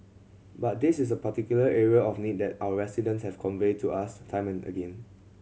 but this is a particular area of need that our residents have conveyed to us time and again